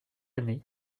année